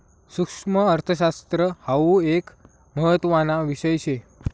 सुक्ष्मअर्थशास्त्र हाउ एक महत्त्वाना विषय शे